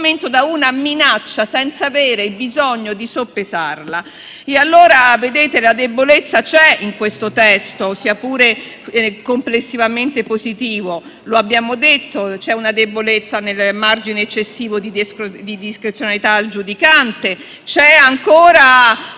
da una minaccia senza avere bisogno di soppesarla. Colleghi, la debolezza c'è in questo testo, sia pure complessivamente positivo. Abbiamo detto che c'è una debolezza nel margine eccessivo di discrezionalità al giudicante. C'è ancora